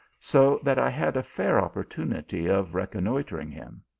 so that i had a fair opportunity of re connoitring him.